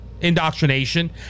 indoctrination